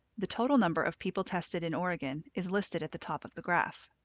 the total number of people tested in oregon is listed at the top of the graph.